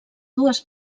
dues